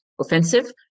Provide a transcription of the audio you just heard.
offensive